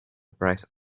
price